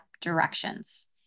directions